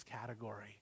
category